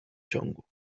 ciągu